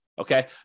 Okay